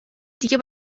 دیگه